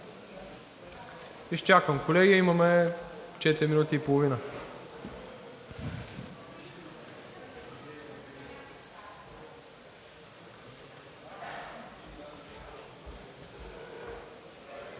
Изчаквам, колеги, имаме четири минути и половина.